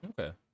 okay